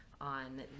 on